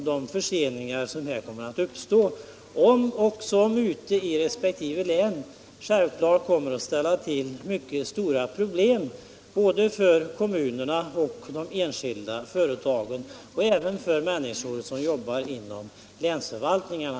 De förseningar som kommer att uppstå kommer självfallet att skapa stora problem för både kommunerna, de enskilda företagen och de människor som jobbar inom länsförvaltningarna.